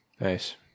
Nice